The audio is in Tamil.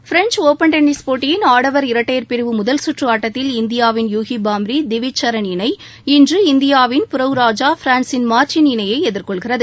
பிரெஞ்ச் ஒபன் டென்னிஸ் போட்டியின் ஆடவர் இரட்டையர் பிரிவு முதல் சுற்று ஆட்டத்தில் இந்தியாவின் யுகி பாம்ரி டிவிச்சரன் இணை இன்று இந்தியாவின் புரவ் ராஜா பிரான்சின் மார்ட்டின் இணைய எதிர்கொள்கிறது